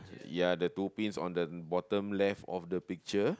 ya the two pins on the bottom left of the picture